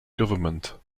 government